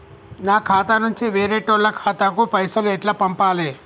నా ఖాతా నుంచి వేరేటోళ్ల ఖాతాకు పైసలు ఎట్ల పంపాలే?